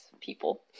people